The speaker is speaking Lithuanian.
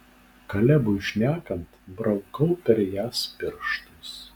kalebui šnekant braukau per jas pirštais